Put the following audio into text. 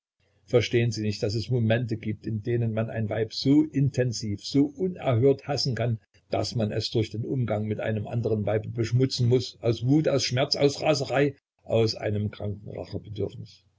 verstehen sie nicht daß es momente gibt in denen man ein weib so intensiv so unerhört hassen kann daß man es durch den umgang mit einem andern weibe beschmutzen muß aus wut aus schmerz aus raserei aus einem